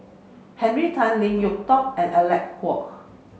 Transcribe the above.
Henry Tan Lim Yew Tock and Alec Huok